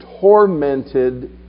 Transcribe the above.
tormented